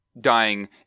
dying